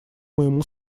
моему